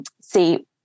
see